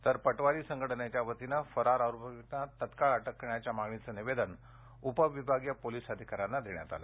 तर पटवारी संघटनेच्या वतीनं फरार आरोपींना तत्काळ अटक करण्याच्या मागणीचं निवेदन उपविभागीय पोलीस अधिकाऱ्याना देण्यात आलं